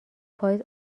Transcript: پاییز